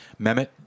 Mehmet